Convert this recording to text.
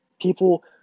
People